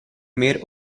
mare